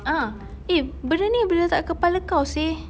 ah eh benda ni boleh letak kepala kau seh